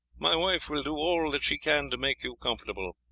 my wife will do all that she can to make you comfortable.